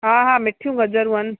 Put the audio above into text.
हा हा मिठियूं गजरूं आहिनि